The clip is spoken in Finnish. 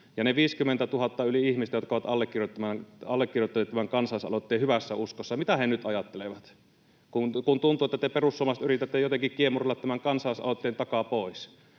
Ja ne yli 50 000 ihmistä, jotka ovat allekirjoittaneet tämän kansalaisaloitteen hyvässä uskossa, mitä he nyt ajattelevat? Kun tuntuu, että te perussuomalaiset yritätte jotenkin kiemurrella tämän kansalaisaloitteen takaa pois,